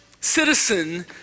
citizen